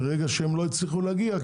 מרגע שלא הצליחו להגיע,